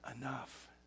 enough